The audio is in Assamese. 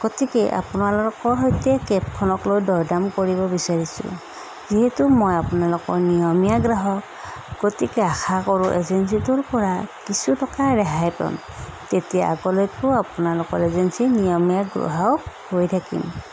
গতিকে আপোনালোকৰ সৈতে কেব খনকলৈ দৰ দাম কৰিব বিচাৰিছোঁ যিহেতো মই আপোনালোকৰ নিয়মীয়া গ্ৰাহক গতিকে মই আশা কৰোঁ আপোনালোকৰ এজেঞ্চিটোৰ পৰা কিছু টকা ৰেহাই পাম তেতিয়া আগলৈয়ো আপোনালোকৰ এজেঞ্চিৰ নিয়মীয়া গ্ৰাহক হৈ থাকিম